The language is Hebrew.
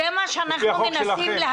על פי החוק שלכם.